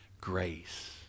Grace